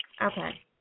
Okay